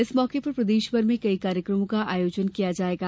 इस मौके पर प्रदेश भर में कई कार्यक्रमो का आयोजन किया जायेगा